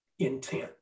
intent